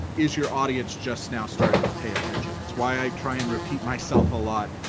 is your audience just now starting to pay attention, that's why i try and repeat myself a lot.